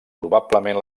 probablement